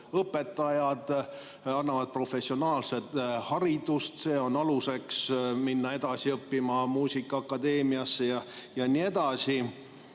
õpetajad, kes annavad professionaalset haridust, see on aluseks, et minna edasi õppima muusikaakadeemiasse jne.